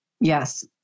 Yes